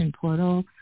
portal